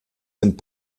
sind